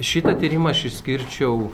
šitą tyrimą aš išskirčiau